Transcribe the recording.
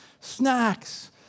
snacks